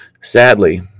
Sadly